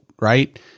right